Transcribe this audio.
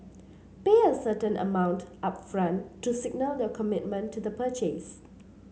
pay a certain amount upfront to signal your commitment to the purchase